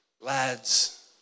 lads